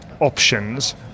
options